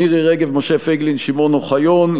מירי רגב, משה פייגלין ושמעון אוחיון.